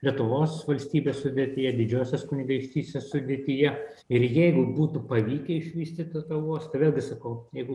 lietuvos valstybės sudėtyje didžiosios kunigaikštystės sudėtyje ir jeigu būtų pavykę išvystyti tą uostą velgi sakau jeigu